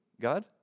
God